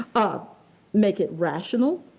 ah make it rational,